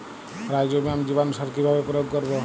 Rhizobium জীবানুসার কিভাবে প্রয়োগ করব?